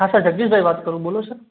હા સર જગદીશભાઇ વાત કરું બોલો સર